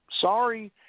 Sorry